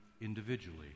individually